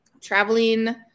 traveling